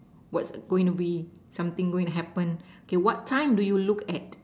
what's going to be something going to happen okay what time do you look at